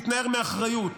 והתנער מאחריות